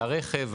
הרכב,